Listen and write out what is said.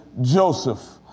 Joseph